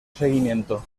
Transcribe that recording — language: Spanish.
seguimiento